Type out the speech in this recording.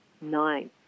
Nine